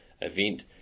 event